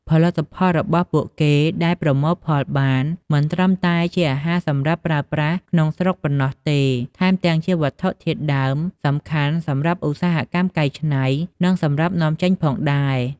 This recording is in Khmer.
ផលិតផលរបស់ពួកគេដែលប្រមូលផលបាន មិនត្រឹមតែជាអាហារសម្រាប់ប្រើប្រាស់ក្នុងស្រុកប៉ុណ្ណោះទេ ថែមទាំងជាវត្ថុធាតុដើមសំខាន់សម្រាប់ឧស្សាហកម្មកែច្នៃ និងសម្រាប់នាំចេញផងដែរ។